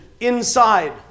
inside